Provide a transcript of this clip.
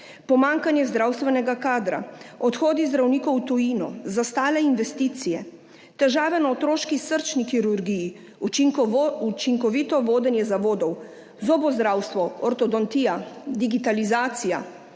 pomanjkanje zdravstvenega kadra, odhodi zdravnikov v tujino za ostale investicije, težave na otroški srčni kirurgiji, učinkovito vodenje zavodov, zobozdravstvo, ortodontija, digitalizacija,